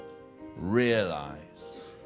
realize